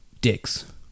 dicks